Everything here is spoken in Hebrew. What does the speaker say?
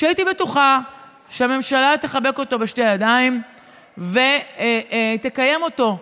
שהייתי בטוחה שהממשלה תחבק אותו בשתי ידיים ותקיים אותו.